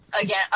again